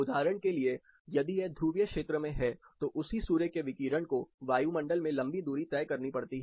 उदाहरण के लिए यदि यह ध्रुवीय क्षेत्र में है तो उसी सूर्य के विकिरण को वायुमंडल में लंबी दूरी तय करनी पड़ती है